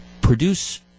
produce